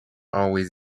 always